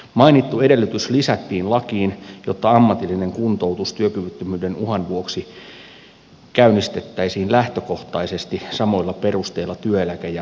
mainittu edellytys lisättiin lakiin jotta ammatillinen kuntoutus työkyvyttömyyden uhan vuoksi käynnistettäisiin lähtökohtaisesti samoilla perusteilla työeläke ja kansaneläkejärjestelmässä